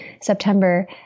September